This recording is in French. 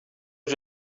que